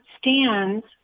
stands